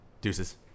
deuces